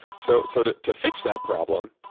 so so to to fix that problem,